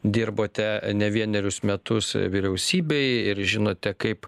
dirbote ne vienerius metus vyriausybėj ir žinote kaip